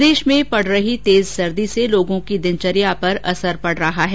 प्रदेश में पड़ रही तेज सर्दी से लोगों की दिनचर्या पर असर पड रहा है